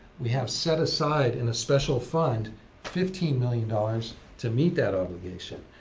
we have set aside in a special fund fifteen million dollars to meet that obligation.